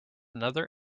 another